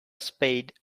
spade